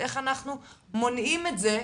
איך אנחנו מונעים את זה?